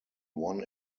won